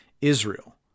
Israel